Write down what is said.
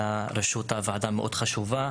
על ראשות הוועדה המאוד חשובה,